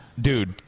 Dude